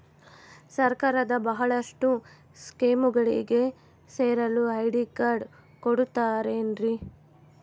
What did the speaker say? ಸರ್ಕಾರದ ಬಹಳಷ್ಟು ಸ್ಕೇಮುಗಳಿಗೆ ಸೇರಲು ಐ.ಡಿ ಕಾರ್ಡ್ ಕೊಡುತ್ತಾರೇನ್ರಿ?